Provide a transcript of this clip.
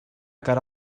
cara